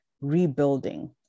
rebuilding